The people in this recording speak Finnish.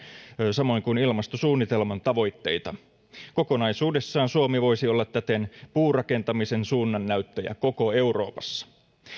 samoin kuin ilmastosuunnitelman tavoitteita kokonaisuudessaan suomi voisi olla täten puurakentamisen suunnannäyttäjä koko euroopassa